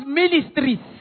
ministries